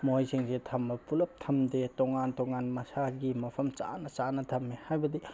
ꯃꯣꯏꯁꯤꯡꯁꯦ ꯊꯝꯕ ꯄꯨꯂꯞ ꯊꯝꯗꯦ ꯇꯣꯉꯥꯟ ꯇꯣꯉꯥꯟ ꯃꯁꯥꯒꯤ ꯃꯐꯝ ꯆꯥꯅ ꯆꯥꯅ ꯊꯝꯃꯦ ꯍꯥꯏꯕꯗꯤ